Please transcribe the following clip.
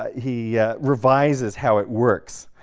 he revises how it works.